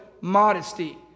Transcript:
modesty